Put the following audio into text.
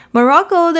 Morocco